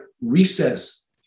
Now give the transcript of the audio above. recess